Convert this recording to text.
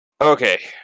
Okay